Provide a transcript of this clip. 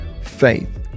faith